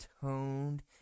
toned